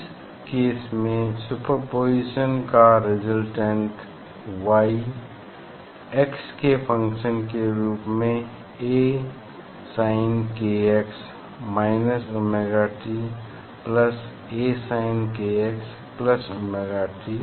इस केस में सुपरपोज़िशन का रेसल्टेंट Y x के फंक्शन के रूप में Asinkx minus omega t plus Asinkx plus omega T